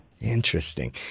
Interesting